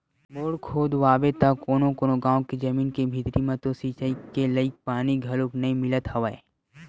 bore खोदवाबे त कोनो कोनो गाँव के जमीन के भीतरी म तो सिचई के लईक पानी घलोक नइ मिलत हवय